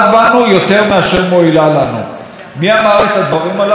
לא אני, אמרה אותם סגנית שר החוץ.